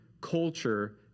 culture